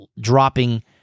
dropping